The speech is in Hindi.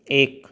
एक